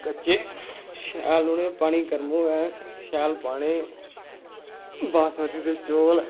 कच्चे शैल उ'नें गी पानी गर्म होऐ शैल पाने बासमती दे चौल